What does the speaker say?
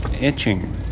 itching